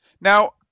Now